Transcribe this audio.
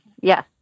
Yes